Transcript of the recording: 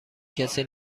کسی